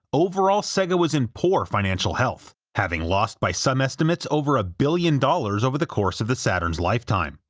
overall sega was in poor financial health, having lost by some estimates over a billion dollars over the course of the saturn's lifetime.